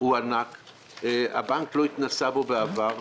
אנחנו עכשיו בתהליך שבו אנחנו אמורים